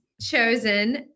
chosen